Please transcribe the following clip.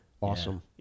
awesome